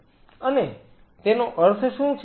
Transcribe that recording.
અને તેનો અર્થ શું છે